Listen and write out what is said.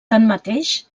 tanmateix